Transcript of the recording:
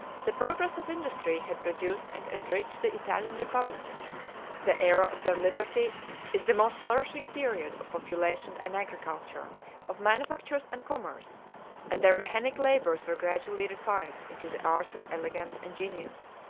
the progress of industry had produced and enriched the italian republics the aera of their liberty is the most flourishing period of population and agriculture of manufactures and commerce and their mechanic labors were gradually refined into the arts of elegance and genius.